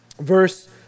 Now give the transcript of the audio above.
Verse